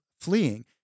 fleeing